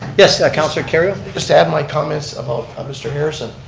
yes, councilor kerrio? just to add my comments about mr. harrison,